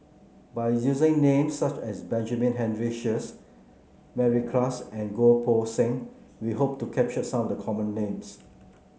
by using names such as Benjamin Henry Sheares Mary Klass and Goh Poh Seng we hope to capture some of the common names